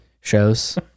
Shows